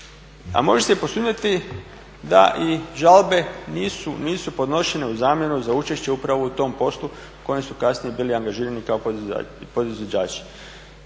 A može se posumnjati da i žalbe nisu podnošene u zamjenu za učešće upravo u tom poslu u kojem su kasnije bili angažirani kao podizvođači.